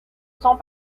sans